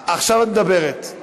עכשיו את מדברת.